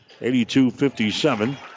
82-57